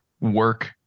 work